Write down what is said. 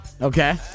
Okay